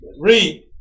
Read